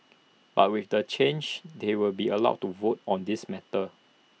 but with the change they will be allowed to vote on these matters